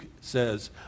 says